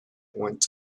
went